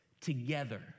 together